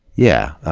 yeah.